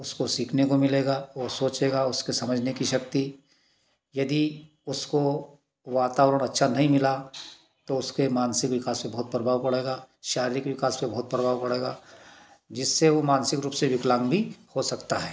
उसको सीखने को मिलेगा वह सोचेगा उसके समझने की शक्ति यदि उसको वातावरण अच्छा नहीं मिला तो उसके मानसिक विकास को बहुत प्रभाव पड़ेगा शारीरिक विकास पर बहुत प्रभाव पड़ेगा जिससे वह मानसिक रूप से विकलांग भी हो सकता है